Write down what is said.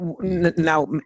now